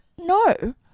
No